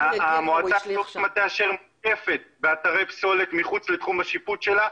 המועצה האזורית מטה אשר מוקפת באתרי פסולת מחוץ לתחום השיפוט שלה,